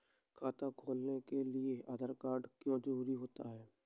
खाता खोलने के लिए आधार कार्ड क्यो जरूरी होता है?